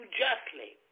justly